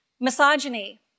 misogyny